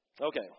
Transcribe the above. Okay